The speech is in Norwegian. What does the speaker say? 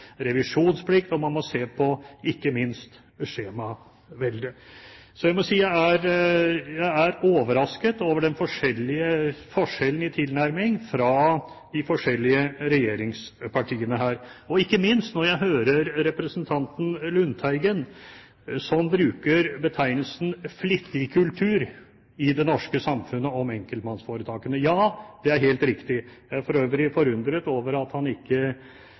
revisjonsplikt, og man må ikke minst se på skjemaveldet. Så jeg må si at jeg er overrasket over den forskjellige tilnærmingen fra de forskjellige regjeringspartiene her, og ikke minst når jeg hører representanten Lundteigen som bruker betegnelsen «flittig» kultur i det norske samfunnet om enkeltmannsforetakene. Ja, det er helt riktig. Jeg er for øvrig forundret over at han ikke